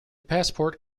passport